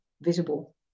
visible